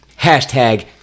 Hashtag